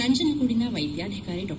ನಂಜನಗೂಡಿನ ವೈದ್ಯಾಧಿಕಾರಿ ಡಾ